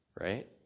Right